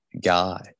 guy